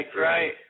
right